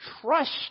trust